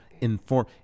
inform